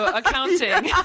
accounting